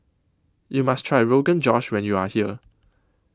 YOU must Try Rogan Josh when YOU Are here